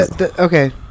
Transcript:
okay